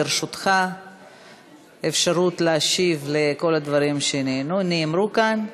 לרשותך אפשרות להשיב על כל הדברים שנאמרו כאן.